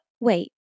Wait